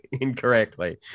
incorrectly